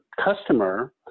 customer